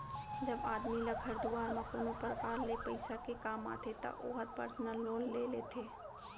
जब आदमी ल घर दुवार म कोनो परकार ले पइसा के काम आथे त ओहर पर्सनल लोन ले लेथे